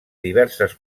diverses